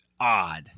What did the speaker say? odd